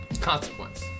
Consequence